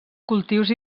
cultius